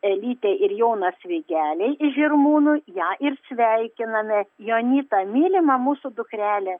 elytė ir jonas vygeliai iš žirmūnų ją ir sveikiname jonyta mylima mūsų dukrele